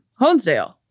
Honesdale